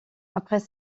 après